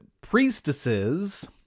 priestesses